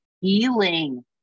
healing